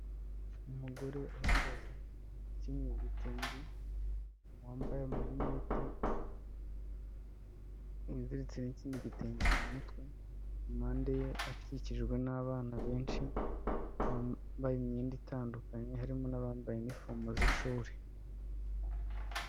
Umugore uhagaze ukenyeye ibitenge, wambaye amarinete, wiziritse n'ikindi gitenge mu mutwe, impande ye akikijwe n'abana benshi, bambaye imyenda itandukanye, harimo n'abambaye n'inifomo z'ishuri.